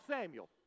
Samuel